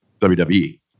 WWE